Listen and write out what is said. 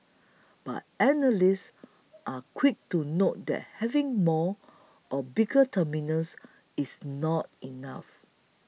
but analysts are quick to note that having more or bigger terminals is not enough